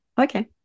Okay